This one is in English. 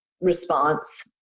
response